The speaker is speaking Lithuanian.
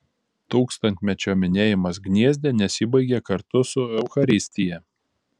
tūkstantmečio minėjimas gniezne nesibaigė kartu su eucharistija